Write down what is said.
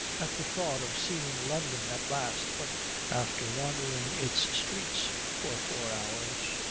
at the thought of seeing london at last, but after wandering its streets for four hours,